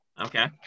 Okay